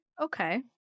okay